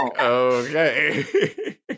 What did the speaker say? Okay